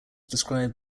described